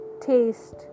taste